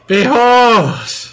Behold